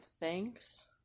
thanks